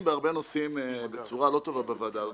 בהרבה נושאים בצורה לא טובה בוועדה הזאת,